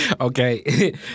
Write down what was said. Okay